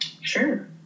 Sure